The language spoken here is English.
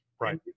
Right